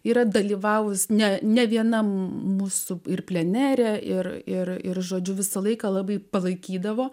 yra dalyvavusi ne ne vienam mūsų ir plenere ir ir ir žodžiu visą laiką labai palaikydavo